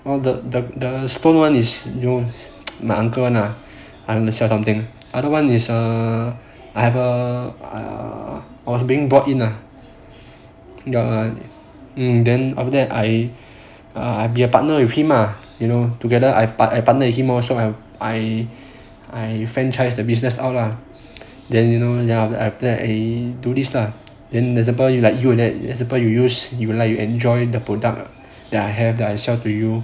well the the stone [one] is most my uncle [one] ah the other [one] is err I have err I was being brought in lah ya mm then after that I be a partner with him lah you know together I partner with him lor so I'm I franchise the business out lah then ya after that I have been do this lah that's why like you like you enjoy the product that I have that I sell to you